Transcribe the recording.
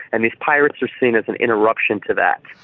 and these pirates are seen as an interruption to that.